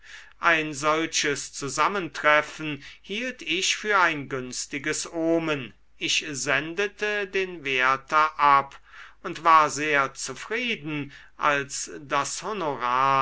ein solches zusammentreffen hielt ich für ein günstiges omen ich sendete den werther ab und war sehr zufrieden als das honorar